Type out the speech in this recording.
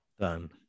Done